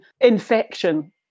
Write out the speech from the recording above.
infection